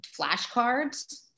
Flashcards